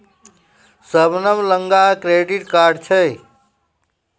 शबनम लगां credit card छै